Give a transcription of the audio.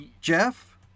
Jeff